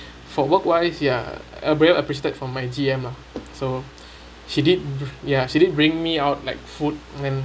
for work wise ya a real appreciate from my G_M mah so she did ya she did bring me out like food and